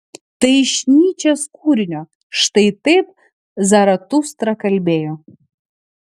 tai iš nyčės kūrinio štai taip zaratustra kalbėjo